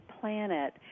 planet